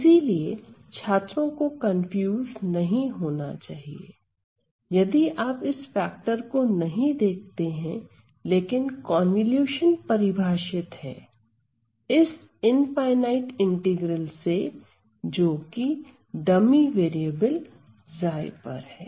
इसीलिए छात्रों को कंफ्यूज नहीं होना चाहिए यदि आप इस फैक्टर को नहीं देखते हैं लेकिन कोनवॉल्यूशन परिभाषित है इस इनफायनाइट इंटीग्रल से जोकि डमी वेरिएबल 𝛏 पर है